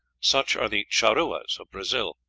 such are the charruas, of brazil,